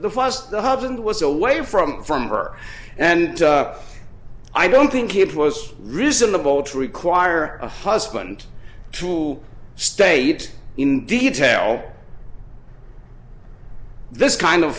fuss the husband was away from from her and i don't think it was reasonable to require a husband to state in detail this kind of